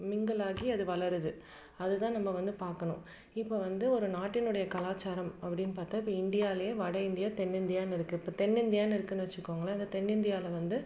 mingle ஆகி அது வளருது அது தான் நம்ம வந்து பார்க்கணும் இப்போ வந்து ஒரு நாட்டினுடைய கலாச்சாரம் அப்படின்னு பார்த்தா இப்போ இந்தியாலே வட இந்தியா தென் இந்தியானு இருக்குது இப்போ தென் இந்தியான்னு இருக்குதுன்னு வச்சிக்கோங்களேன் அந்த தென் இந்தியாவில் வந்து